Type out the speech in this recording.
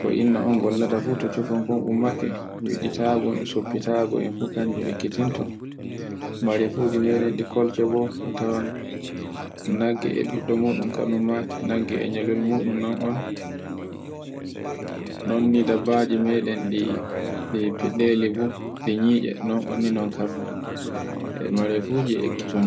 ko inna on kollata fuf to shoffol kol ummake eɗi taago e shuffitaago, e fukkani e ekkitinto. Mare fuji meɗem ɗi kosha goo a tawan nagge e ɓiɗɗo muɗum kanun ma nagge e lanyol mu ɗum kadim ma, e nanni dabbaji meɗem ɗi giɗele muɗum ɗi nyitse muɗum non umminon kamma e mere fuji e kkiton